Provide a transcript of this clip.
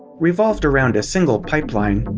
revolved around a single pipeline.